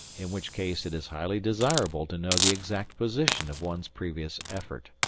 in which case it is highly desirable to know the exact position of one's previous effort.